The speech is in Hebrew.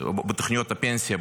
בתכניות הפנסיה,